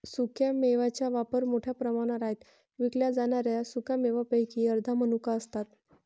सुक्या मेव्यांचा वापर मोठ्या प्रमाणावर आहे विकल्या जाणाऱ्या सुका मेव्यांपैकी अर्ध्या मनुका असतात